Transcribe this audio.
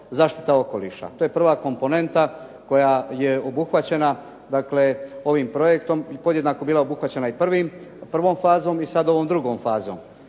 zaštita okoliša, to je prva komponenta koja je obuhvaćena dakle, ovim projektom, podjednako bila obuhvaćena i prvom fazom i sada ovom drugom fazom.